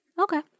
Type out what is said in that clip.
Okay